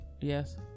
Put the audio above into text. Yes